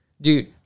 Dude